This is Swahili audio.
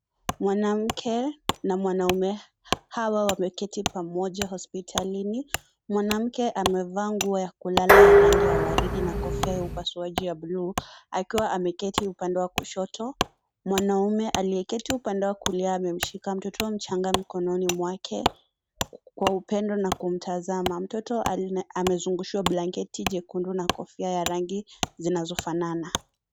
Mwanamke na mwanaume hawa wameketi pamoja hospitalini. Mwanamke amevaa nguo ya kulala ya rangi ya waridi na kofia ya upasuaji ya bluu, akiwa ameketi upande wa kushoto. Mwanaume aliyeketi upande wa kulia amemshika mtoto wa mchanga mikononi mwake, kwa upendo na kumtazama. Mtoto amezungushiwa blanketi jekundu na kofia ya rangi zinazofanana.